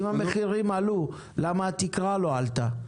אם המחירים עלו, למה התקרה לא עלתה?